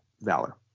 valor